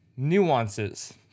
nuances